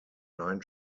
nine